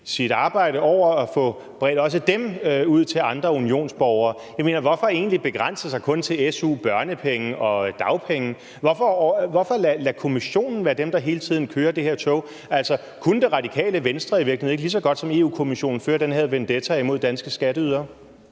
sit arbejde over og også få bredt ud til andre unionsborgere. Jeg mener, hvorfor egentlig begrænse sig kun til su, børnepenge og dagpenge? Hvorfor lade Kommissionen være dem, der hele tiden kører det her tog? Kunne Det Radikale Venstre i virkeligheden ikke lige så godt som Europa-Kommissionen føre den her vendetta mod danske skatteydere?